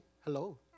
Hello